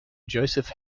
joseph